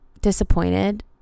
disappointed